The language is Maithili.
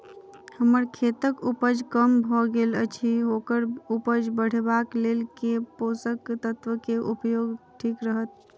हम्मर खेतक उपज कम भऽ गेल अछि ओकर उपज बढ़ेबाक लेल केँ पोसक तत्व केँ उपयोग ठीक रहत?